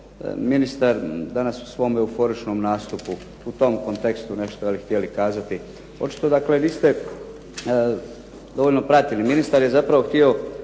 ministar danas u svom euforičnom nastupu, u tom kontekstu nešto ste htjeli kazati. Očito dakle niste dovoljno pratili. Ministar je zapravo htio